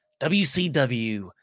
WCW